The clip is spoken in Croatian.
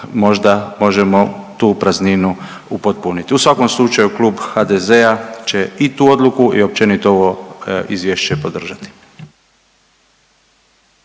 možda možemo tu prazninu upotpuniti. U svakom slučaju, Klub HDZ-a će i tu odluku i općenito ovo Izvješće podržati.